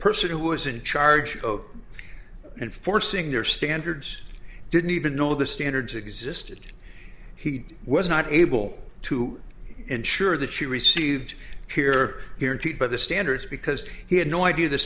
person who is in charge of enforcing their standards didn't even know the standards existed he was not able to ensure that she received here here viewed by the standards because he had no idea the